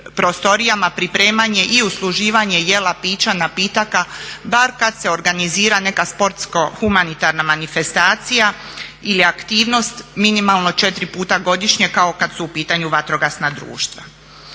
prostorijama pripremanje i usluživanje jela, pića, napitaka bar kad se organizira neka sportsko-humanitarna manifestacija ili aktivnost, minimalno 4 puta godišnje kao kad su u pitanju vatrogasna društva.